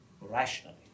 rationally